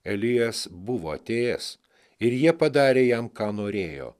elijas buvo atėjęs ir jie padarė jam ką norėjo